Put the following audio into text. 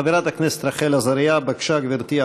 חברת הכנסת רחל עזריה, בבקשה, גברתי.